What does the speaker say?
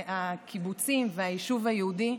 הקיבוצים והיישוב היהודי,